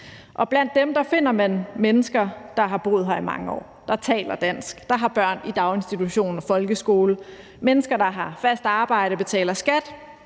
Blandt dem finder man mennesker, der har boet her i mange år, der taler dansk, der har børn i daginstitution og folkeskole, mennesker, der har fast arbejde og betaler skat,